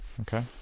Okay